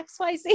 XYZ